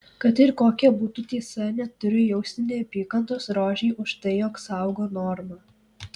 kad ir kokia būtų tiesa neturiu jausti neapykantos rožei už tai jog saugo normą